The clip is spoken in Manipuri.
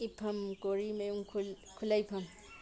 ꯏꯐꯝ ꯀꯣꯔꯤꯃꯌꯨꯝ ꯈꯨꯂꯩꯐꯝ